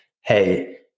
Hey